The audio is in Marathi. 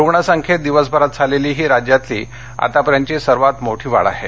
रुग्ण संख्येत दिवसभरात झालेली ही राज्यातली आतापर्यंतची सर्वात मोठी वाढ आहे